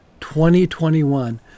2021